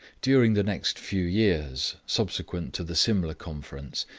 during the next few years, subsequent to the simla conference,